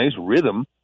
rhythm